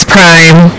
Prime